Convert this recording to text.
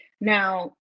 Now